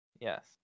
Yes